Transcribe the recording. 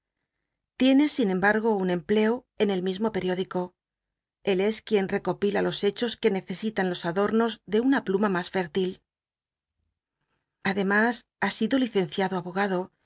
tiene in cmbat o un empleo en el mismo periódico él es quicn tecopila los hechos que necesitan los adol'nos de una pluma mas fétlil adcmas ha ido licenciado abogado